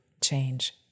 change